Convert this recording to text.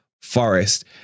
Forest